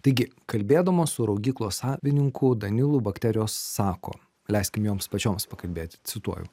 taigi kalbėdamos su raugyklos savininku danilu bakterijos sako leiskim joms pačioms pakalbėti cituoju